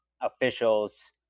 officials